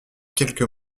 quelques